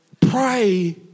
Pray